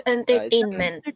Entertainment